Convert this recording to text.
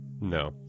No